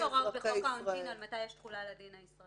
יש הוראות בחוק העונשין מתי יש תחולה לדין הישראלי.